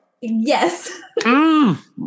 Yes